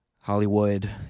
Hollywood